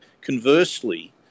Conversely